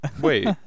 Wait